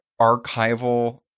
archival